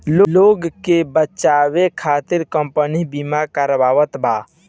लोग के बचावे खतिर कम्पनी बिमा करावत बा